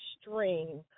stream